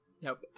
Nope